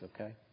okay